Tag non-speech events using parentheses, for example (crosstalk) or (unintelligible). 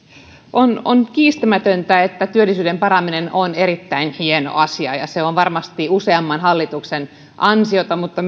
puhemies on kiistämätöntä että työllisyyden paraneminen on erittäin hieno asia ja se on varmasti useamman hallituksen ansiota mutta (unintelligible)